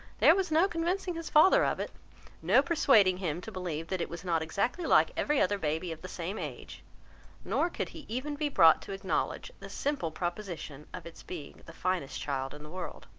there was no convincing his father of it no persuading him to believe that it was not exactly like every other baby of the same age nor could he even be brought to acknowledge the simple proposition of its being the finest child in the world.